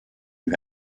you